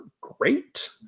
great